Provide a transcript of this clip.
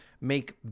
make